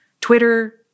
Twitter